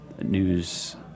news